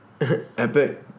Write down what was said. Epic